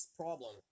problem